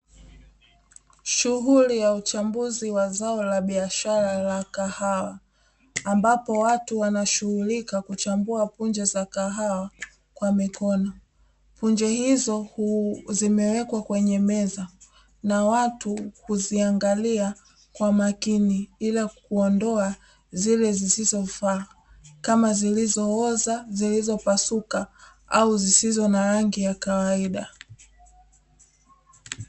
Shughuli ya uchambuzi wa zao la biashara la kahawa, ambapo watu wanashughulika kuchambua punje za kahawa kwa mikono, punje hizo zimewekwa kwenye meza na watu kuziangalia kwa makini bila kuondoa zile zisizofaa; kama zilizooza, zilizopasuka au zisizo na rangi ya kawaida.